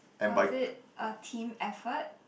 was it a team effort